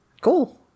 Cool